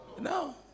No